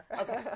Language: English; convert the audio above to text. okay